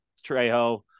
Trejo